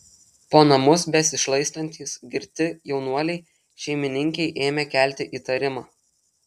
po namus besišlaistantys girti jaunuoliai šeimininkei ėmė kelti įtarimą